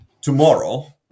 tomorrow